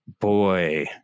boy